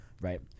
right